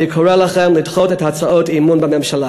אני קורא לכם לדחות את הצעות האי-אמון בממשלה.